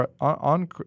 on